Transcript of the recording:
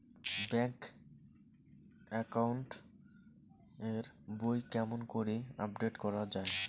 Bank account এর বই কেমন করি আপডেট করা য়ায়?